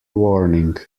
warning